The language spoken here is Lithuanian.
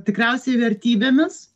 tikriausiai vertybėmis